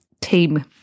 team